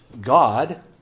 God